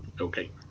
Okay